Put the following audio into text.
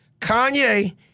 Kanye